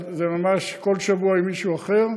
וזה ממש כל שבוע עם מישהו אחר,